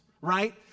right